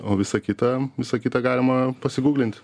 o visa kita visa kita galima pasiguglint